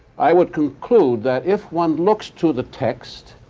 i would conclude that if one looks to the text,